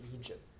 Egypt